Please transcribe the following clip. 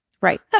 Right